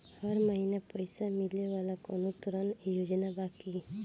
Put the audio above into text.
हर महीना पइसा मिले वाला कवनो ऋण योजना बा की?